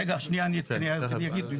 רגע, שנייה, אני אגיד, אם תתנו לי.